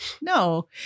No